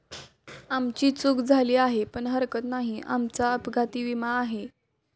आमची चूक झाली आहे पण हरकत नाही, आमचा अपघाती विमा आहे